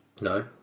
No